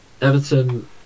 Everton